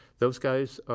those guys,